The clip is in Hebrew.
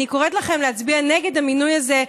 אני קוראת לכם להצביע נגד המינוי הזה,